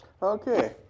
Okay